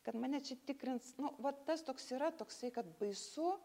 kad mane čia tikrins nu vat tas toks yra toksai kad baisu